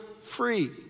free